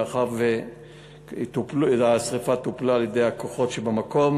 מאחר שהשרפה טופלה על-ידי הכוחות שבמקום,